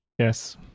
Yes